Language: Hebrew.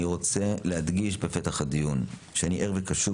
אני רוצה להדגיש בפתח הדיון שאני ער וקשוב